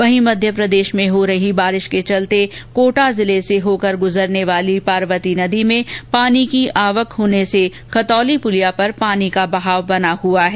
वहीं मध्यप्रदेश में हो रही बारिश के चलते जिले से गुजरने वाली पार्वती नदी में पानी की आवक होने से खतौली पूलिया पर पानी का बहाव बना हुआ है